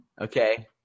Okay